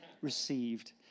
received